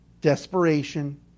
Desperation